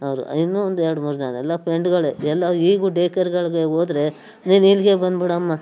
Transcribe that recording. ಅವರು ಇನ್ನೂ ಒಂದು ಎರ್ಡು ಮೂರು ಜನ ಎಲ್ಲ ಫ್ರೆಂಡ್ಗಳೇ ಎಲ್ಲ ಈಗೂ ಡೇ ಕೇರ್ಗಳಿಗೆ ಹೋದ್ರೆ ನೀನು ಇಲ್ಲಿಗೆ ಬಂದ್ಬಿಡಮ್ಮ